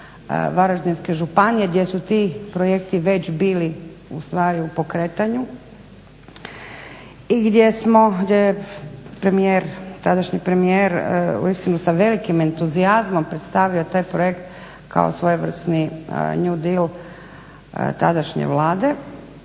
Varaždinske županije gdje su ti projekti već bili u stvari u pokretanju. I gdje smo, gdje je premije, tadašnji premijer u istinu sa velikim entuzijazmom predstavio taj projekt kao svojevrsni new deal tadašnje Vlade.